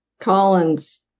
Collins